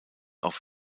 auf